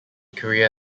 career